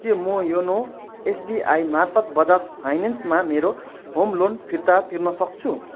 के म YONO SBI मार्फत् बजाज फाइनेन्समा मेरो होम लोन फिर्ता तिर्नसक्छु